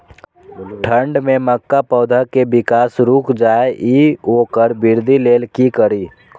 ठंढ में मक्का पौधा के विकास रूक जाय इ वोकर वृद्धि लेल कि करी?